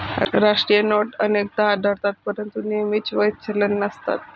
राष्ट्रीय नोट अनेकदा आढळतात परंतु नेहमीच वैध चलन नसतात